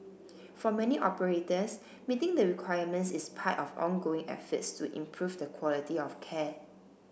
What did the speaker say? for many operators meeting the requirements is part of ongoing efforts to improve the quality of care